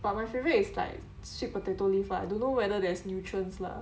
but my favourite is like sweet potato leaves but I don't know whether there's nutrients lah